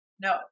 No